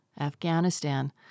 Afghanistan